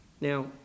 Now